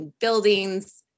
buildings